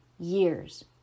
years